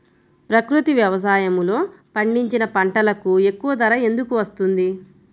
ప్రకృతి వ్యవసాయములో పండించిన పంటలకు ఎక్కువ ధర ఎందుకు వస్తుంది?